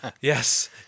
yes